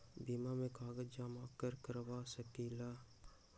बीमा में कागज जमाकर करवा सकलीहल?